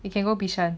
you can go bishan